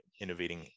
innovating